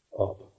up